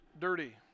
dirty